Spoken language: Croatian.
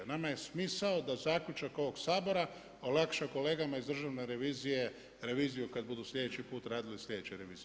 Nama je smisao da zaključak ovog Sabora olakša kolegama iz Državne revizije reviziju kad budu sljedeći put radili sljedeće revizije.